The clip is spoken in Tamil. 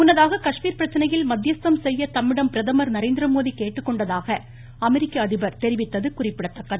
முன்னதாக காஷ்மீர் பிரச்னையில் மத்தியஸ்தம் செய்ய தம்மிடம் பிரதமர் நரேந்திரமோடி கேட்டுக்கொண்டதாக அமெரிக்க அதிபர் தெரிவித்தது குறிப்பிடத்தக்கது